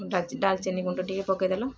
ଡାଲଚି ଡାଲଚିନି ଗୁଣ୍ଡ ଟିକେ ପକାଇ ଦେଲ